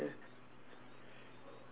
no only got one slice there